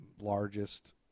largest